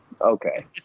Okay